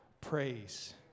praise